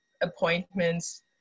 appointments